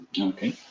Okay